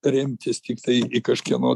remtis tiktai į kažkieno